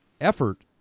effort